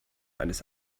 eines